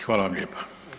Hvala vam lijepa.